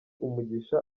umugisha